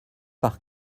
par